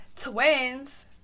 Twins